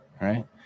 right